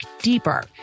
deeper